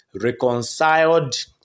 reconciled